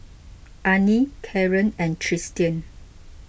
Arnie Caren and Tristian